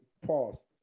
Pause